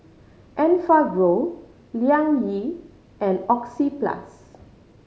Enfagrow Liang Yi and Oxyplus